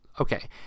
Okay